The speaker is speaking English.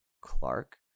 Clark